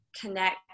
connect